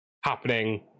happening